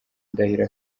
ndahiro